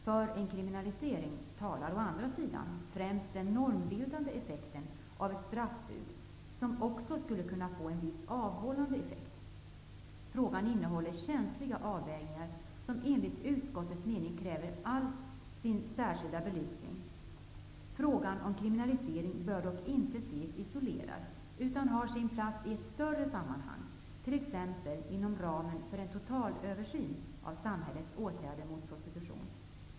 För en kriminalisering talar å andra sidan främst den normbildande effekten av ett straffbud, som också skulle kunna ge en viss avhållande effekt. Frågan innehåller känsliga avvägningar, som enligt utskottets mening kräver all särskild belysning. Frågan om kriminalisering bör dock inte ses isolerad, utan bör ha sin plats i ett större sammanhang, exempelvis inom ramen för en totalöversyn av samhällets åtgärder mot prostitution.